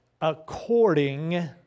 according